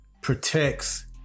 protects